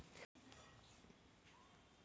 सबसे उत्तम पलौघ या हल केना हय?